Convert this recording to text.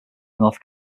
north